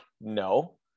no